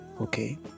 Okay